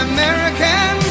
American